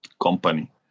company